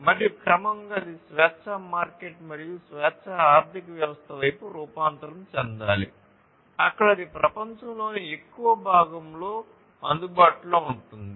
మరియు క్రమంగా అది స్వేచ్ఛా మార్కెట్ మరియు స్వేచ్ఛా ఆర్థిక వ్యవస్థ వైపు రూపాంతరం చెందాలి అక్కడ అది ప్రపంచంలోని ఎక్కువ భాగానికి అందుబాటులో ఉంటుంది